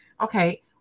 okay